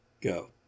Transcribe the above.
go